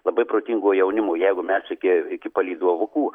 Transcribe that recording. labai protingo jaunimo jeigu mes iki iki palydovukų